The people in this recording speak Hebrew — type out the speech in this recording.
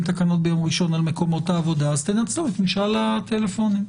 תקנות ביום ראשון על מקומות העבודות את המשאלים הטלפוניים.